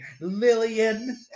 Lillian